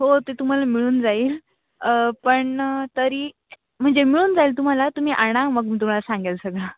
हो ते तुम्हाला मिळून जाईल पण तरी म्हणजे मिळून जाईल तुम्हाला तुम्ही आणा मग मी तुम्हाला सांगेन सगळं